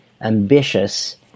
ambitious